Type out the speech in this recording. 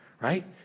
right